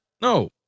No